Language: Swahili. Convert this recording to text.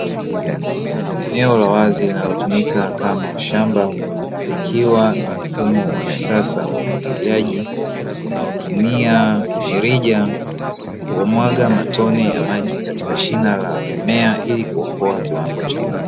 Eneo la wazi linalotumika kama shamba, likiwa na mfumo wa kisasa wa umwagiliaji unaotumia mirija kumwaga matone ya maji katika shina la mimea ili kuokoa kiwango cha maji.